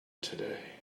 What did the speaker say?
today